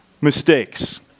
Mistakes